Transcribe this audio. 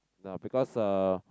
ah because uh